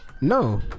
No